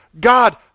God